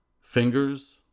fingers